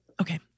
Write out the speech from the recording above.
Okay